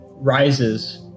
rises